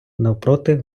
навпроти